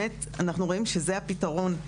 אנחנו רואים שזה הפתרון.